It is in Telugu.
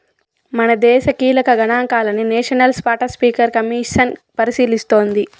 మనదేశ కీలక గనాంకాలని నేషనల్ స్పాటస్పీకర్ కమిసన్ పరిశీలిస్తోంది